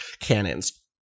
cannons